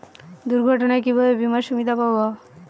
দুর্ঘটনায় কিভাবে বিমার সুবিধা পাব?